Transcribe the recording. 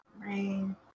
rain